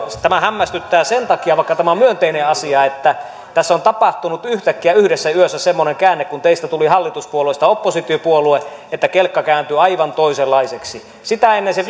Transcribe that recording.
tämä hämmästyttää sen takia vaikka tämä on myönteinen asia että tässä on tapahtunut yhtäkkiä yhdessä yössä kun teistä tuli hallituspuolueesta oppositiopuolue semmoinen käänne että kelkka kääntyi aivan toisenlaiseksi sitä ennen se